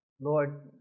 Lord